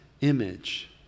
image